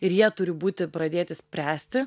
ir jie turi būti pradėti spręsti